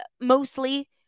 mostly